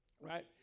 Right